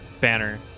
banner